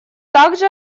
также